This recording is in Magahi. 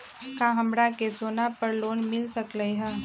का हमरा के सोना पर लोन मिल सकलई ह?